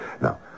Now